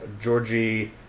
georgie